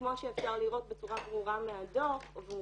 כמו שאפשר לראות בצורה ברורה מהדו"ח והוא